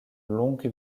longue